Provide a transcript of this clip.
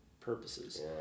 purposes